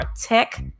tech